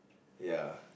ya